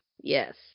Yes